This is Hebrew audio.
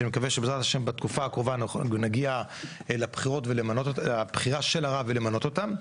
שאני מקווה שבעזרת ה' בתקופה הקרובה נגיע לבחירה של הרב ולמנות אותם,